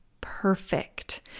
perfect